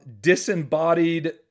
disembodied